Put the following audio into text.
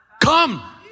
Come